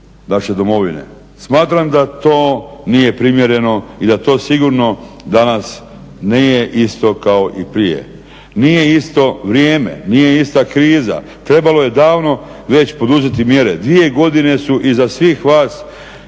naše domovine. Smatram da to nije primjereno i da to sigurno danas nije isto kao i prije. Nije isto vrijeme, nije ista kriza. Trebalo je davno već poduzeti mjere. Dvije godine su iza svih vas